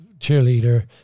cheerleader